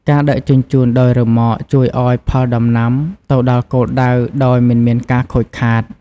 ការដឹកជញ្ជូនដោយរ៉ឺម៉កជួយឱ្យផលដំណាំទៅដល់គោលដៅដោយមិនមានការខូចខាត។